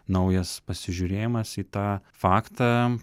naujas pasižiūrėjimas į tą faktą